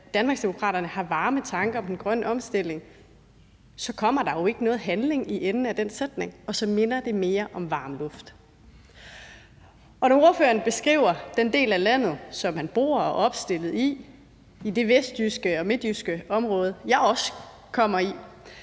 Danmarksdemokraterne har varme tanker om den grønne omstilling, så kommer der jo ikke noget handling i enden af den sætning, og så minder det mere om varm luft. Og når ordføreren beskriver den del af landet, som han bor og er opstillet i, i det vestjyske og midtjyske område, jeg også kommer i,